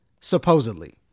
Supposedly